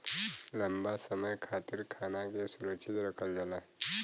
लंबा समय खातिर खाना के सुरक्षित रखल जाला